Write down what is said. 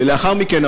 ולאחר מכן,